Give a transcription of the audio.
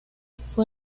fue